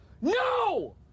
no